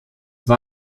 war